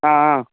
ആ ആ